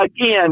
again